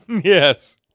Yes